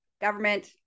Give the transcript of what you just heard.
government